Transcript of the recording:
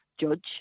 judge